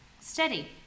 steady